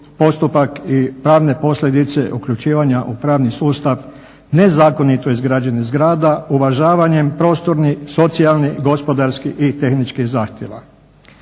postupak i pravne posljedice uključivanja u pravni sustav nezakonito izgrađenih zgrada, uvažavanjem prostornih, socijalnih, gospodarskih i tehničkih zahtijeva.